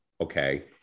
Okay